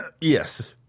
Yes